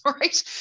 Right